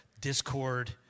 Discord